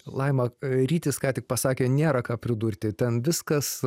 laima rytis ką tik pasakė nėra ką pridurti ten viskas